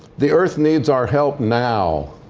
the earth needs our help now.